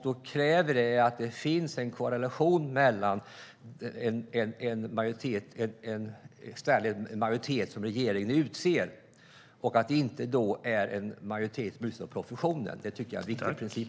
Det kräver att det finns en korrelation med en externledd majoritet som regeringen utser och att det inte är en majoritet som utses av professionen. Det tycker jag är en viktig princip.